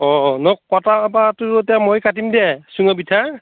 অঁ অঁ নহয় কটা বাঁহটো এতিয়া মই কাটিম দে চুঙা পিঠা